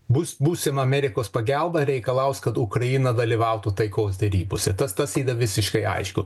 bus būsima amerikos pagelba reikalaus kad ukraina dalyvautų taikos derybose tas tas yra visiškai aišku